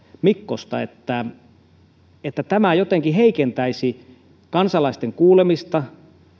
mikkosta että tämä hallituksen esitys jotenkin heikentäisi kansalaisten kuulemista